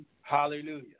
Hallelujah